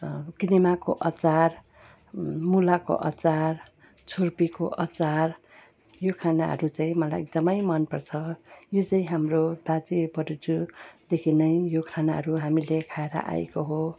किनेमाको अचार मुलाको अचार छुर्पीको अचार यो खानाहरू चाहिँ मलाई एकदमै मनपर्छ यो चाहिँ हाम्रो बाजे बराजुदेखि नै यो खानाहरू हामीले खाएर आएको हो